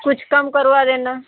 कुछ कम करवा देना